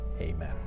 Amen